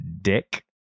Dick